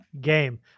game